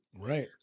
right